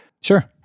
Sure